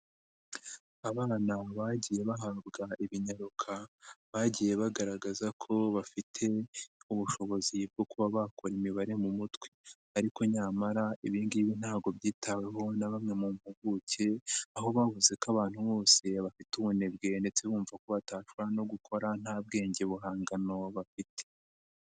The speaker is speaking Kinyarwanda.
Abana bagiye bahankana ibinyaruka, bagiye bagaragaza ko bafite ubushobozi bwo kuba bakora imibare mu mutwe, ariko nyamara ibi ngibi ntabwo byitaweho na bamwe mu mpuguke, aho bavuze ko abantu bose bafite ubunebwe ndetse bumva ko batashobora no gukora nta bwenge buhangano bafite.